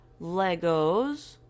Legos